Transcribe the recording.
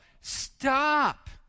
stop